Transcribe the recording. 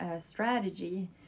strategy